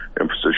emphasis